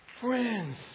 friends